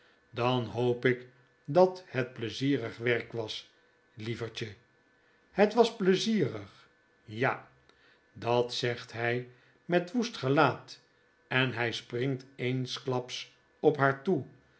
dan hoop ik dat het pleizierig werk was lievertje het was pleizierig ja dat zegt hij met woest gelaat en h springt eensklaps op haar toe